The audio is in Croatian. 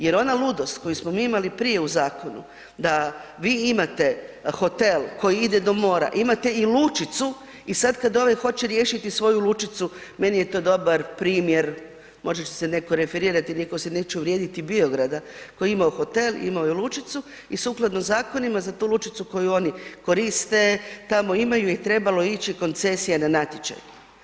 Jer ona ludost koju smo mi imali prije u zakonu da vi imate hotel koji ide do mora, imate i lučicu i sad kad ovaj hoće riješiti svoju lučicu, meni je to dobar primjer možda će se netko referirati iako se neću uvrijediti Biograda, koji je imao hotel, imao je lučicu i sukladno zakonima za tu lučicu koju oni koriste tamo imaju je trebala ići koncesija na natječaj.